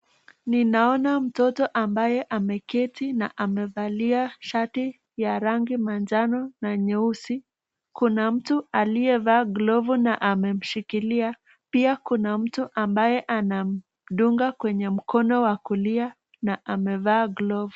Ninaona mtoto ambaye ameketi na amevalia shati ya rangi manjano na nyeusi. Kuna mtu aliyevaa glovu na amemshikilia. Pia kuna mtu ambaye anamdunga kwenye mkono wa kulia na amevaa glovu.